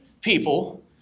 people